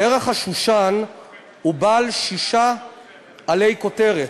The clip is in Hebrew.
פרח השושן הוא בעל שישה עלי כותרת,